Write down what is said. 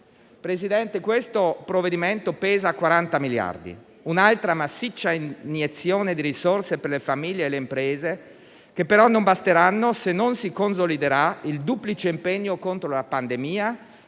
Presidente, il provvedimento in discussione pesa 40 miliardi, un'altra massiccia iniezione di risorse per le famiglie e le imprese, che però non basteranno se non si consoliderà il duplice impegno contro la pandemia